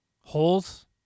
Holes